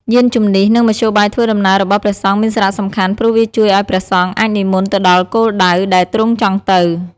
យានជំំនិះ និងមធ្យោបាយធ្វើដំណើររបស់ព្រះសង្ឃមានសារៈសំខាន់ព្រោះវាជួយឱ្យព្រះសង្ឃអាចនិមន្តទៅដល់គោលដៅដែលទ្រង់ចង់ទៅ។